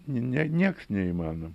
ne niekas neįmanoma